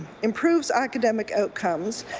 improves academic outcomes,